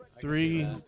Three